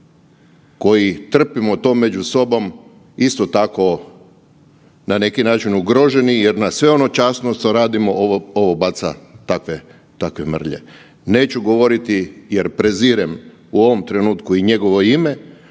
koji trpimo to među sobom isto tako na neki način ugroženi jer nas sve ono časno što radimo ovo baca takve mrlje. Neću govoriti jer prezirem u ovom trenutku i njegovo ime,